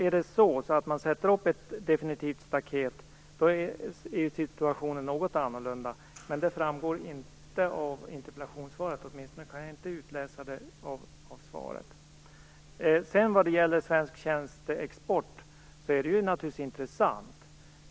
Om man sätter upp ett definitivt staket är situationen något annorlunda. Men det framgår inte av interpellationssvaret. Jag kan åtminstone inte utläsa det av svaret. Svensk tjänsteexport är naturligtvis intressant.